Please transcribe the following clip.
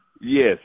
Yes